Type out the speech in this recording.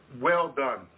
well-done